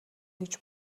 гэж